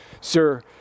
Sir